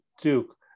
Duke